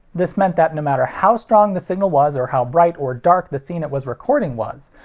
this meant that no matter how strong the signal was or how bright or dark the scene it was recording was,